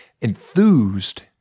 Enthused